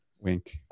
Wink